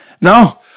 no